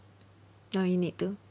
ah you need to